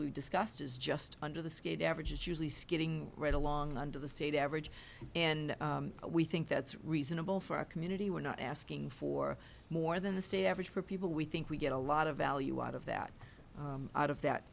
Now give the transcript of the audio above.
we've discussed is just under the scaled average is usually skidding right along under the state average and we think that's reasonable for our community we're not asking for more than the state average for people we think we get a lot of value out of that out of that